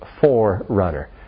forerunner